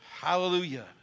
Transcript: Hallelujah